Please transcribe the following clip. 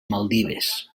maldives